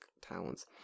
towns